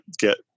get